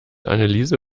anneliese